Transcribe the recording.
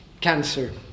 cancer